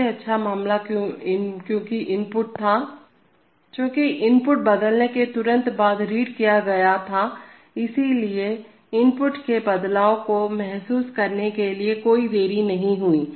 सबसे अच्छा मामला क्योंकि इनपुट था चूँकि इनपुट बदलने के तुरंत बाद रीड किया गया था इसलिए इनपुट में बदलाव को महसूस करने में कोई देरी नहीं हुई